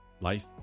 Life